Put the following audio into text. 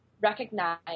recognize